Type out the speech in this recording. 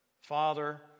Father